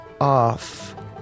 off